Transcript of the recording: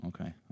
Okay